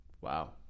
wow